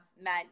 met